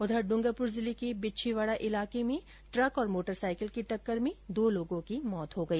उधर डूंगरपुर जिले के बिछीवाड़ा इलाके में ट्रक और मोटरसाइकिल की टक्कर में दो लोगों की मौत हो गई